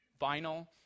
vinyl